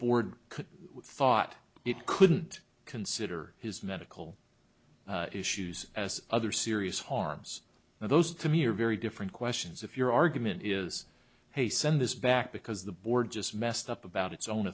could thought it couldn't consider his medical issues as other serious harms and those to me are very different questions if your argument is hey send this back because the board just messed up about its own